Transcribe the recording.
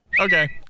Okay